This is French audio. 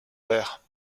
verre